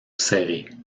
serré